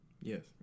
Yes